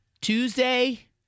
Tuesday